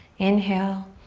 inhale.